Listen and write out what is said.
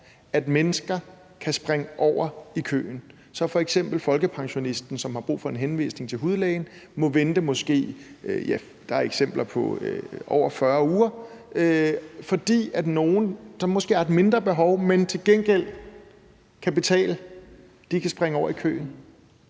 at mennesker kan springe over i køen, så f.eks. folkepensionisten, som har brug for en henvisning til hudlægen, må vente måske over 40 uger – ja, det er der eksempler på – fordi nogle, der måske har et mindre behov, men til gengæld kan betale, kan springe over i køen.